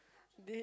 Dee~